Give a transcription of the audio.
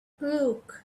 look